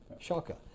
Shocker